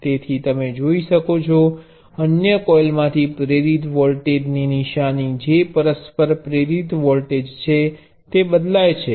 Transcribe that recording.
તેથી તમે જોઈ શકો છો અન્ય કોઇલમાંથી પ્રેરિત વોલ્ટેજની નિશાની જે પરસ્પર પ્રેરિત વોલ્ટેજ છે તે બદલાય છે